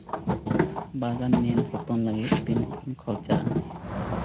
ᱵᱟᱜᱟᱱ ᱧᱮᱞ ᱡᱚᱛᱚᱱ ᱞᱟᱹᱜᱤᱫ ᱛᱤᱱᱟᱹᱜ ᱜᱟᱱ ᱠᱷᱚᱨᱪᱟᱜᱼᱟ